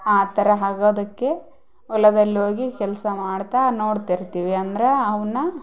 ಆ ಥರ ಆಗೋದಕ್ಕೆ ಹೊಲದಲ್ ಹೋಗಿ ಕೆಲಸ ಮಾಡ್ತಾ ನೋಡ್ತಿರ್ತೀವಿ ಅಂದರ ಅವನ್ನ